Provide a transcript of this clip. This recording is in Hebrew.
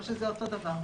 או שזה אותו דבר.